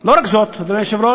לא רק זאת, אדוני היושב-ראש,